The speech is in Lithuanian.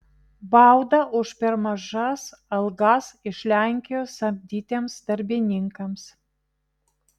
bauda už per mažas algas iš lenkijos samdytiems darbininkams